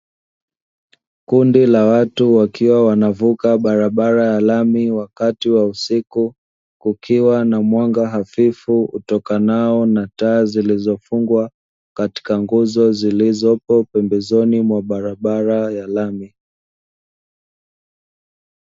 Kundi la watu wakiwa wanavuka barabara ya lami wakati wa usiku, kukiwa na mwanga hafifu utokanao na taa zilizofungwa, katika nguzo zilizopo pembezoni mwa barabara ya lami.